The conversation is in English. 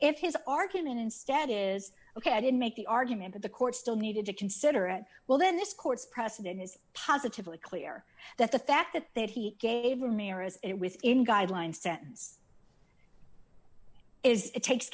if his argument instead is ok i didn't make the argument that the court still needed to consider it well then this court's precedent is positively clear that the fact that that he gave to me or is it within guidelines sentance is it takes